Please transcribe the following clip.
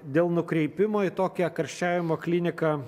dėl nukreipimo į tokią karščiavimo kliniką